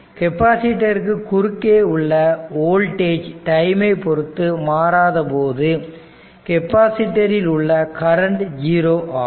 கெப்பாசிட்டருக்கு குறுக்கே உள்ள வோல்டேஜ் டைமை பொறுத்து மாறாத போது கெப்பாசிட்டர் உள்ள கரண்ட் 0 ஆகும்